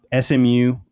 SMU